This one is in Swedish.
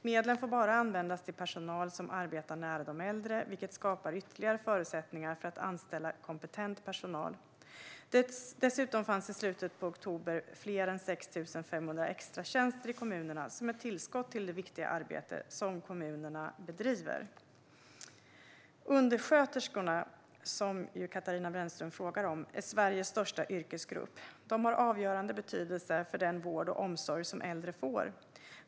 Medlen får bara användas till personal som arbetar nära de äldre, vilket skapar ytterligare förutsättningar för att anställa kompetent personal. Dessutom fanns i slutet av oktober fler än 6 500 extratjänster i kommunerna som ett tillskott till det viktiga arbete som kommunerna bedriver. Undersköterskorna, som Katarina Brännström frågade om, är Sveriges största yrkesgrupp. De har avgörande betydelse för den vård och omsorg som äldre får.